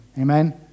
Amen